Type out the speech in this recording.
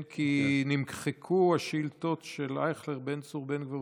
כן, כי נמחקו השאילתות של אייכלר, בן צור, בן גביר